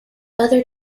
other